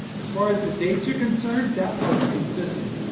as far as the dates are concerned, that part consistent.